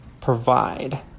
provide